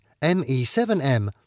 ME7M